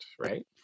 right